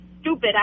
stupid